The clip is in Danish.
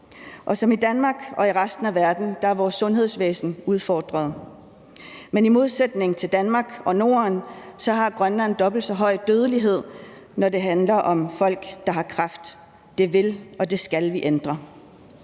Og som i Danmark og i resten af verden er vores sundhedsvæsen udfordret. Men i modsætning til Danmark og Norden har Grønland dobbelt så høj dødelighed, når det handler om folk, der har kræft. Det vil og det skal vi ændre.